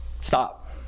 Stop